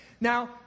Now